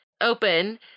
open